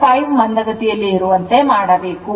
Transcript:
95 ಮಂದಗತಿಯಲ್ಲಿ ಇರುವಂತೆ ಮಾಡಬೇಕು